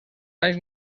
anys